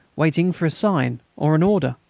waiting for a sign or an order.